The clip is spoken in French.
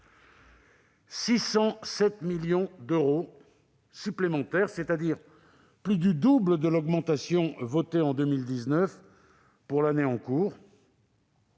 607 millions d'euros supplémentaires, c'est-à-dire plus du double de l'augmentation votée en 2019 pour l'année en cours,